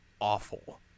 awful